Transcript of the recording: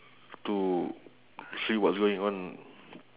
to see what's going on